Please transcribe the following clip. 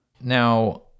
Now